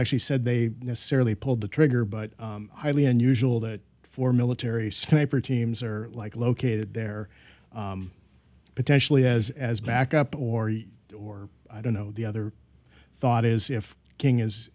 actually said they necessarily pulled the trigger but highly unusual that four military sniper teams are like located there potentially as as back up or you or i don't know the other thought is if king is